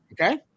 Okay